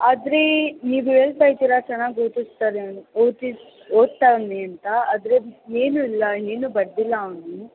ಆದರೆ ನೀವು ಹೇಳ್ತಾಯಿದಿರಾ ಚೆನ್ನಾಗಿ ಓದಿಸ್ತಾರೆ ಅಂತ ಓದಿದ್ದು ಓದ್ತವ್ನೆ ಅಂತ ಆದರೆ ಏನೂ ಇಲ್ಲ ಏನು ಬರೆದಿಲ್ಲ ಅವನು